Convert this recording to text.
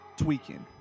tweaking